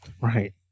Right